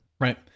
Right